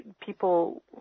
people